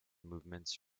movements